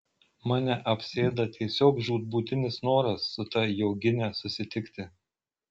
mane apsėda tiesiog žūtbūtinis noras su ta jogine susitikti